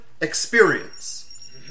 experience